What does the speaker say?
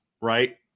right